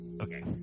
Okay